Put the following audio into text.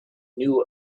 knew